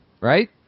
right